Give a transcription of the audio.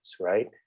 right